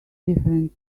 different